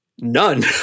None